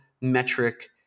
metric